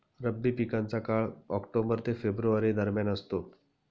रब्बी पिकांचा काळ ऑक्टोबर ते फेब्रुवारी दरम्यान असतो